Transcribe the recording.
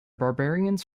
barbarians